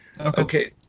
okay